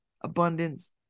abundance